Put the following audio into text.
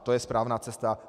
To je správná cesta.